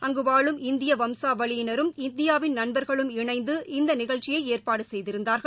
அங்கு வாழும் இந்திய வம்சாவளியினரும் இந்தியாவின் நண்பர்களும் இணைந்து இந்த நிகழ்ச்சியை ஏற்பாடு செய்திருந்தார்கள்